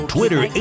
Twitter